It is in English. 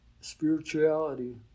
spirituality